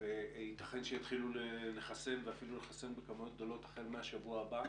וייתכן ויתחילו לחסן ואפילו לחסן בכמויות גדולות החל מהשבוע הבא,